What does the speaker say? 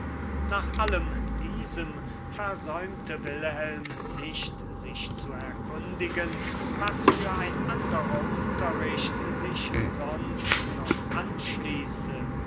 nach allem diesem versäumte wilhelm nicht sich zu erkundigen was für ein anderer unterricht sich sonst noch anschließe